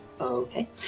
Okay